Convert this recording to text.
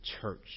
church